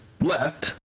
left